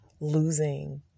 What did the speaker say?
losing